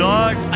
Lord